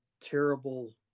terrible